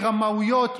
מרמאויות,